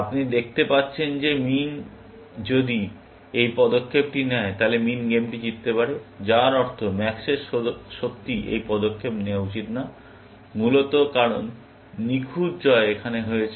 আপনি দেখতে পাচ্ছেন যে যদি মিন এই পদক্ষেপটি নেয় তাহলে মিন গেমটি জিততে পারে যার অর্থ ম্যাক্সের সত্যিই এই পদক্ষেপ নেওয়া উচিত নয় মূলত কারণ নিখুঁত জয় এখানে হয়েছে